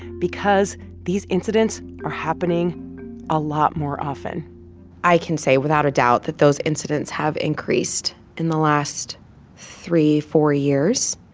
because these incidents are happening a lot more often i can say, without a doubt, that those incidents have increased in the last three, four years.